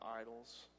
idols